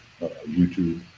YouTube